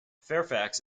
fairfax